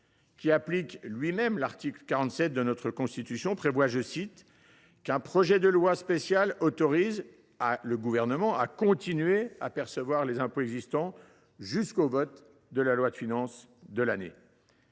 qui applique lui même l’article 47 de notre Constitution, prévoit qu’un « projet de loi spéciale autorise [le Gouvernement] à continuer à percevoir les impôts existants jusqu’au vote de la loi de finances de l’année »